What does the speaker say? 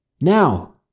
Now